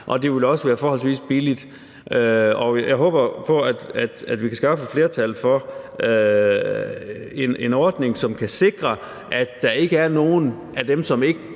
også ville være forholdsvis billigt. Og jeg håber, at vi kan skaffe et flertal for en ordning, som kan sikre, at der ikke er nogen af dem i